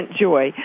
joy